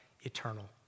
eternal